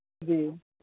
जी